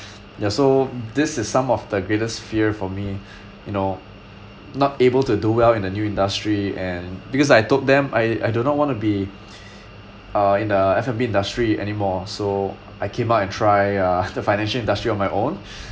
ya so this is some of the greatest fear for me you know not able to do well in the new industry and because I told them I I do not want to be uh in the F and B industry anymore so I came out and try uh the financial industry on my own